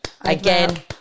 Again